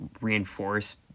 reinforce